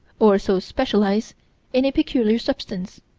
or so specialize in a peculiar substance.